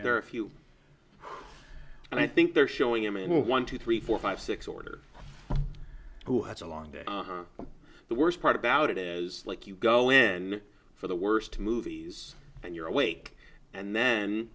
a few and i think they're showing him in a one two three four five six order who has a long day the worst part about it is like you go in for the worst movies and you're awake and then